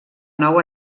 nou